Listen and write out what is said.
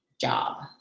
job